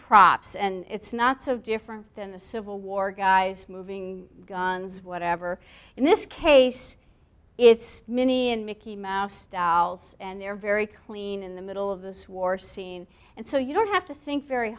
props and it's not so different than the civil war guys moving guns whatever in this case it's mini and mickey mouse dolls and they're very clean in the middle of this war scene and so you don't have to think very